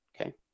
Okay